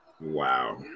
Wow